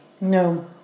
No